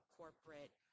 corporate